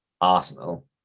arsenal